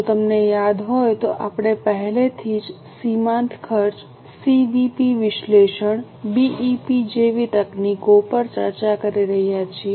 જો તમને યાદ હોય તો આપણે પહેલેથી જ સીમાંત ખર્ચ સીવીપી વિશ્લેષણ બીઈપી જેવી તકનીકો પર ચર્ચા કરી રહ્યા છીએ